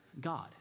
God